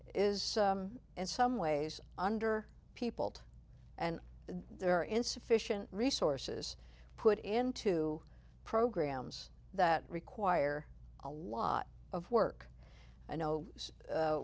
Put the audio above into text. is in some ways under people and there are insufficient resources put into programs that require a lot of work i know